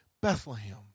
Bethlehem